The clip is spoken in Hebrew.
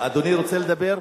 אדוני רוצה לדבר?